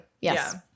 Yes